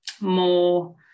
more